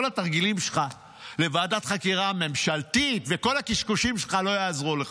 כל התרגילים שלך על ועדת חקירה ממשלתית וכל הקשקושים שלך לא יעזרו לך.